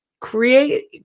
Create